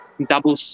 double